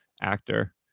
actor